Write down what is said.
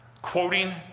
Quoting